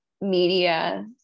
media